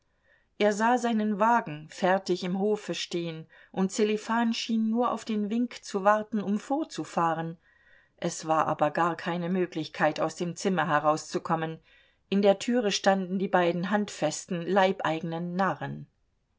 er sah seinen wagen fertig im hofe stehen und sselifan schien nur auf den wink zu warten um vorzufahren es war aber gar keine möglichkeit aus dem zimmer herauszukommen in der türe standen die beiden handfesten leibeigenen narren